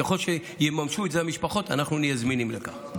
ככל שיממשו את זה המשפחות אנחנו נהיה זמינים לכך.